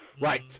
Right